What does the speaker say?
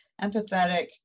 empathetic